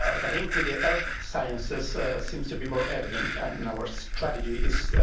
ah the link with the earth sciences seems to be more evident, and and our strategy is